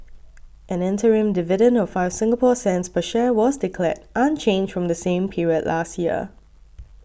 an interim dividend of five Singapore cents per share was declared unchanged from the same period last year